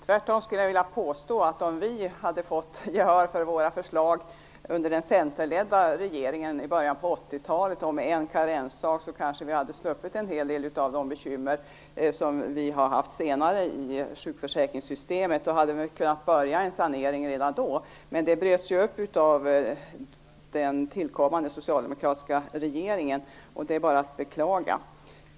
Tvärtom skulle jag vilja påstå, att om vi i den centerledda regeringen i början på 80 talet hade fått gehör för vårt förslag om en karensdag kanske vi hade sluppit en hel del av bekymren senare i sjukförsäkringssystemet. Därmed hade vi redan då kunnat påbörja en sanering. Men det bröts ju upp av den tillkommande socialdemokratiska regeringen, och det är bara att beklaga.